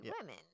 women